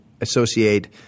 associate